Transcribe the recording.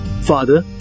Father